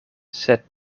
sed